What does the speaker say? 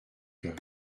coeur